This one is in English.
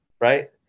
right